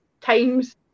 times